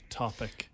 topic